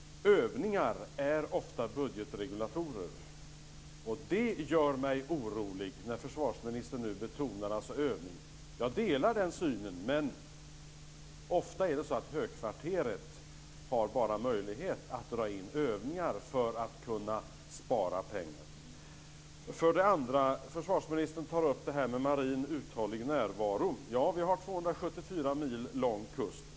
Övningar är ofta budgetregulatorer. Det gör mig orolig när försvarsministern nu betonar övning. Jag delar den synen, men ofta är det så att högkvarteret bara har möjlighet att dra in övningar för att kunna spara pengar. Dessutom tar försvarsministern upp det här med uthållig marin närvaro. Vi har en 274 mil lång kust.